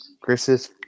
Chris's